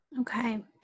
Okay